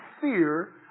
fear